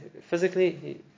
physically